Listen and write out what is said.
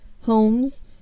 homes